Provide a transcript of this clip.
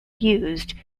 used